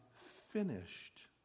finished